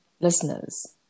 listeners